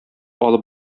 алып